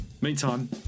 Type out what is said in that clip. Meantime